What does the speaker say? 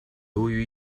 由于